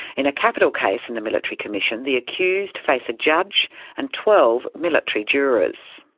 in a capital case in the military commission, the accused face a judge and twelve military jurors.